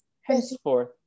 Henceforth